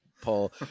Paul